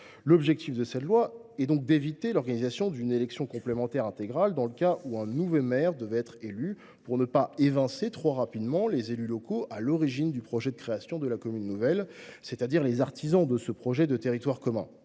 L’objectif de ce texte est donc d’éviter l’organisation d’une élection intégrale dans le cas où un nouveau maire devrait être élu, afin de ne pas évincer trop rapidement les élus locaux à l’origine du projet de création de la commune nouvelle, c’est à dire les artisans du projet de territoire commun.